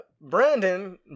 Brandon